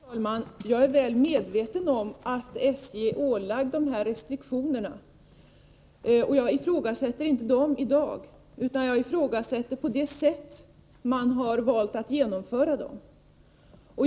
Herr talman! Jag är väl medveten om att SJ är ålagd de här restriktionerna. Jag ifrågasätter inte dem i dag utan jag ifrågasätter det sätt på vilket man har valt att genomföra dem.